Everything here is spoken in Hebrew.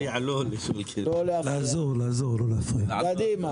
אדוני היושב-ראש, אני אתייחס